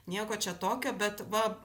nieko čia tokio bet va